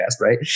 right